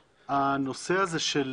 הנושא הזה של